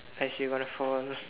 I hear waterfall